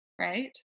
Right